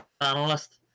analyst